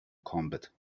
combat